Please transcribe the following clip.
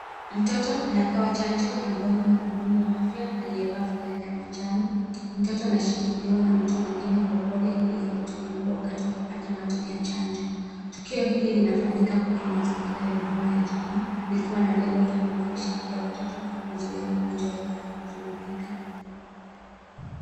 Mtoto anapewa chanjo ya mdomo na mhudumu wa afya aliyevaa fulana ya manjano. Mtoto anashikiliwa na mtu mwingine kwa upole ili awe tulivu wakati wa kupata matone cha chanjo. Tukio hili linafanyika kwenye mazingira ya huduma ya jamii likiwa na lengo la kuimarisha afya ya watoto na kuzuia magonjwa yanayozuilika.